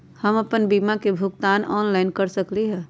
हम अपन बीमा के भुगतान ऑनलाइन कर सकली ह?